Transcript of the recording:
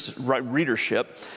readership